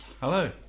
Hello